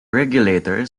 regulator